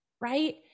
Right